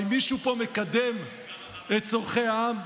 האם מישהו פה מקדם את צורכי העם?